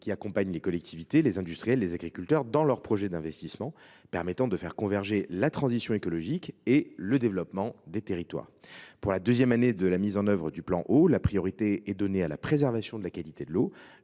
qui accompagnent les collectivités, les industriels, les agriculteurs dans leurs projets d’investissement permettant de faire converger la transition écologique et le développement des territoires. Pour la deuxième année de la mise en œuvre du plan Eau, la priorité est donnée à la préservation de la qualité de l’eau.